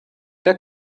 der